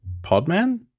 Podman